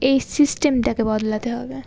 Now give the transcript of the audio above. এই সিস্টেমটাকে বদলাতে হবে